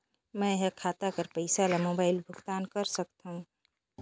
मैं ह खाता कर पईसा ला मोबाइल भुगतान कर सकथव?